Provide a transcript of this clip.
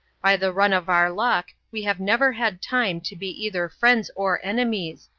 by the run of our luck we have never had time to be either friends or enemies.